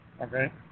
Okay